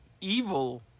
evil